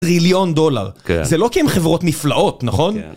טריליון דולר, כן. זה לא כי הם חברות נפלאות, נכון? כן.